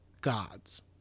gods